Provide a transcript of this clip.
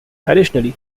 additionally